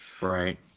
right